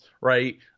right